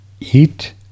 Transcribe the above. eat